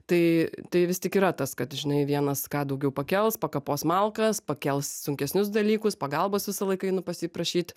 tai tai vis tik yra tas kad žinai vienas ką daugiau pakels pakapos malkas pakels sunkesnius dalykus pagalbos visą laiką einu pas jį prašyt